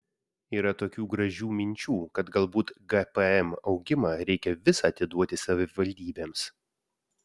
yra tokių gražių minčių kad galbūt gpm augimą reikia visą atiduoti savivaldybėms